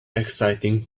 exciting